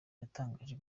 yatangaje